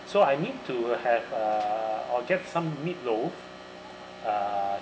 so I need to have uh I'll get some meat loaf uh